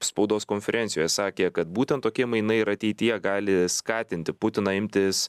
spaudos konferencijoje sakė kad būtent tokie mainai ir ateityje gali skatinti putiną imtis